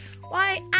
Why